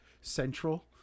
central